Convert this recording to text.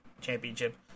Championship